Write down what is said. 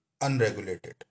unregulated